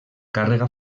càrrega